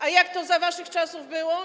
A jak to za waszych czasów było?